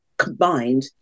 Combined